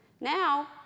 Now